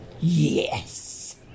Yes